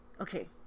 Okay